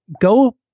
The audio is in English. go